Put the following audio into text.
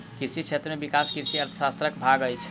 कृषि क्षेत्र में विकास कृषि अर्थशास्त्रक भाग अछि